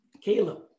Caleb